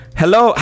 hello